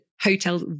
hotel